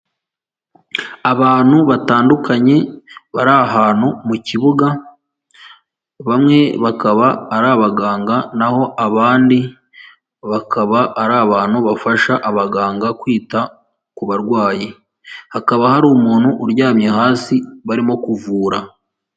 Abantu batandukanye bari ahantu mu kibuga, bamwe bakaba ari abaganga naho abandi bakaba ari abantu bafasha abaganga kwita ku barwayi, hakaba hari umuntu uryamye hasi barimo kuvura.